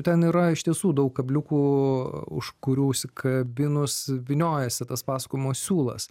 ten yra iš tiesų daug kabliukų už kurių užsikabinus vyniojasi tas pasakojimo siūlas